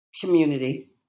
community